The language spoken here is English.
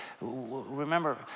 remember